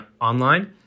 online